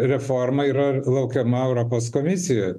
reforma yra laukiama europos komisijoj